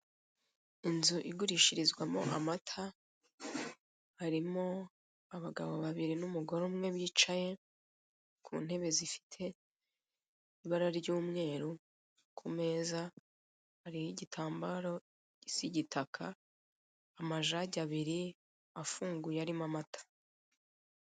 Inzu igurishirizwamo amata, harimo abagabo babiri n'umugore umwe bicaye, ku ntebe zifite ibara ry'umweru, ku meza hariho igitambaro gisa igitaka, amajagi abiri, afunguye arimo amata.